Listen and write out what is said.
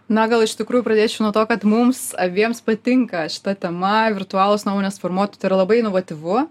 na gal iš tikrųjų pradėčiau nuo to kad mums abiems patinka šita tema virtualūs nuomonės formuotojai tai yra labai inovatyvu